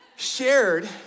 shared